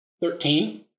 Thirteen